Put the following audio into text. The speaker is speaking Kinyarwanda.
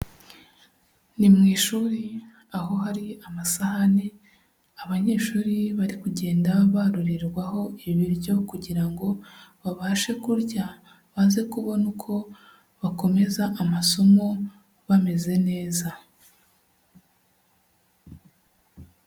Ni mu ishuri aho hari amasahani abanyeshuri bari kugenda barurirwaho ibiryo kugira ngo babashe kurya baze kubona uko bakomeza amasomo bameze neza.